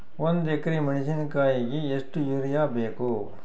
ಒಂದ್ ಎಕರಿ ಮೆಣಸಿಕಾಯಿಗಿ ಎಷ್ಟ ಯೂರಿಯಬೇಕು?